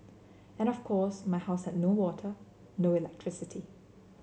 and of course my house had no water no electricity